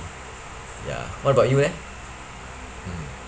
ya what about you eh mm